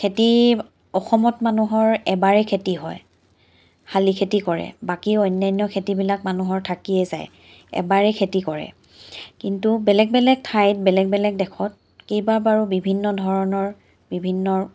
খেতি অসমত মানুহৰ এবাৰেই খেতি হয় শালি খেতি কৰে বাকী অন্যান্য খেতিবিলাক মানুহৰ থাকিয়েই যায় এবাৰেই খেতি কৰে কিন্তু বেলেগ বেলেগ ঠাইত বেলেগ বেলেগ দেশত কেইবাবাৰো বিভিন্ন ধৰণৰ বিভিন্ন